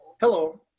Hello